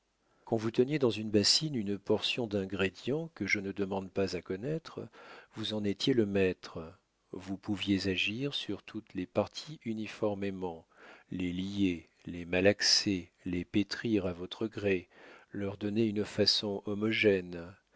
quand vous teniez dans une bassine une portion d'ingrédients que je ne demande pas à connaître vous en étiez le maître vous pouviez agir sur toutes les parties uniformément les lier les malaxer les pétrir à votre gré leur donner une façon homogène